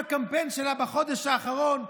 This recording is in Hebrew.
בקמפיין שלה בחודש האחרון,